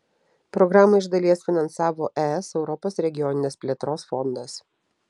programą iš dalies finansavo es europos regioninės plėtros fondas